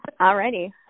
Alrighty